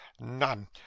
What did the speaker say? none